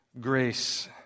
grace